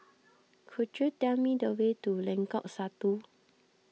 could you tell me the way to Lengkok Satu